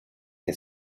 que